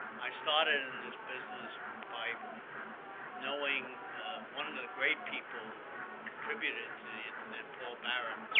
i started in this business by knowing one of the the great people who contributed to the internet, paul barron,